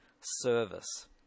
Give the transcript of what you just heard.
service